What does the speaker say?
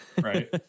right